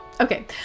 Okay